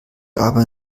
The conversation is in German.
aber